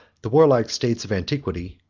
the warlike states of antiquity,